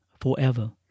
forever